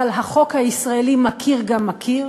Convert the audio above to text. אבל החוק הישראלי מכיר גם מכיר